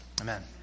Amen